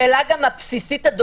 העוזר המשפטי?